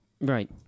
Right